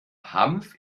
hanf